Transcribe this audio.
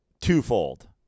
twofold